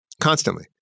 constantly